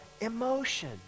emotion